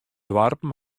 doarpen